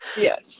Yes